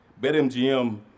BetMGM